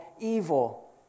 evil